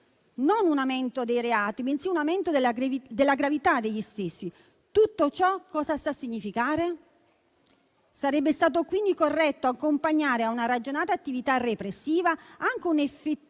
Non un aumento dei reati, bensì un aumento della gravità degli stessi. Tutto ciò cosa sta a significare? Sarebbe stato quindi corretto accompagnare a una ragionata attività repressiva anche un'effettiva